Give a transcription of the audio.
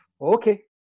okay